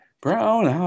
Brown